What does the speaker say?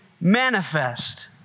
manifest